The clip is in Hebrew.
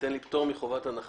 שייתן לי פטור מחובת הנחה